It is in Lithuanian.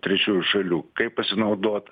trečiųjų šalių kaip pasinaudot